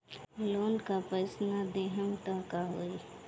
Loan का पैस न देहम त का होई?